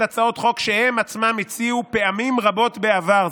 הצעות חוק שהם עצמם הציעו פעמים רבות בעבר,